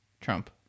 Trump